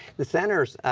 the center